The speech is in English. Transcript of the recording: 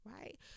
Right